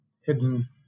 hidden